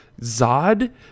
Zod